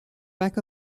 back